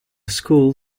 school